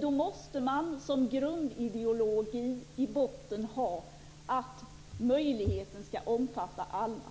Där måste man som grundideologi ha att denna möjlighet skall omfatta alla.